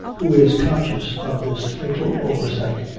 who is conscious of this fatal oversight,